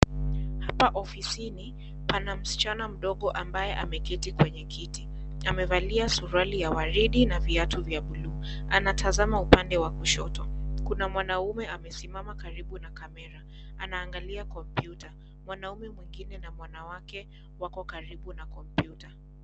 Hapa ofisini pana msichana mdogo ambaye ameketi kwenye kiti, amevalia suruali ya waridi na viatu vya (cs)blue(cs). Anatazama upande wa kushoto, Kuna mwanaume amesimama karibu na kamera anaangalia kompyuta, mwanaume mwingine na wanawake wako karibu na kompyuta.